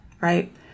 right